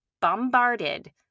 bombarded